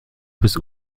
bis